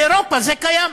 באירופה זה קיים.